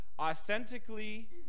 authentically